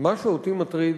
מה שאותי מטריד,